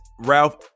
Ralph